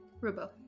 Rubo